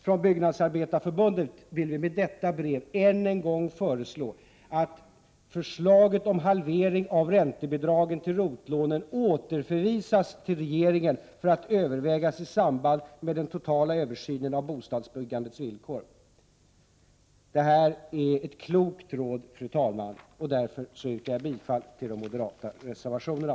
Från Byggnadsarbetareförbundet vill vi med detta brev än en gång föreslå att förslaget om halvering av räntebidragen till ROT-lånen återförvisas till regeringen för att övervägas i samband med den totala översynen av bostadsbyggandets villkor.” Detta är ett klokt råd, fru talman, och därför yrkar jag bifall till de moderata reservationerna.